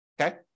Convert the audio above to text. okay